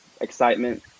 excitement